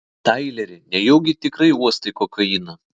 taileri nejaugi tikrai uostai kokainą